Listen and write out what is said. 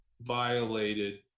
violated